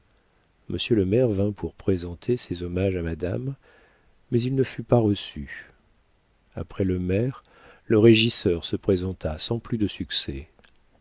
monsieur le maire vint pour présenter ses hommages à madame mais il ne fut pas reçu après le maire le régisseur se présenta sans plus de succès